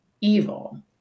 evil